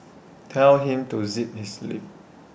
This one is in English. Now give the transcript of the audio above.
tell him to zip his lip